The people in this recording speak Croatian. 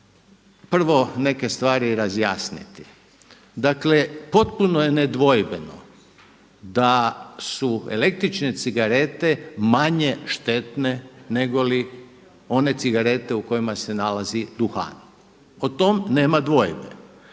prvo neke stvari razjasniti. Dakle potpuno je nedvojbeno da su električne cigarete manje štetne nego one cigarete u kojima se nalazi duhan, o tome nema dvojbe,